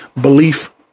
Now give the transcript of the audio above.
belief